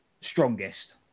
strongest